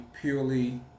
purely